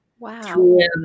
Wow